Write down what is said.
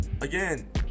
Again